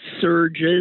surges